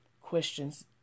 Questions